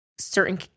certain